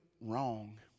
wrong